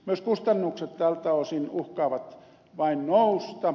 myös kustannukset tältä osin uhkaavat vain nousta